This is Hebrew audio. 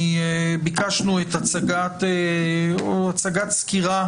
לקבל סקירה